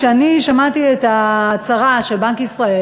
כשאני שמעתי את ההצהרה של בנק ישראל,